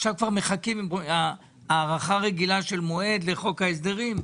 עכשיו כבר מחכים להארכה רגילה של מועד לחוק ההסדרים?